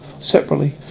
separately